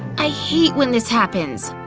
i hate when this happens.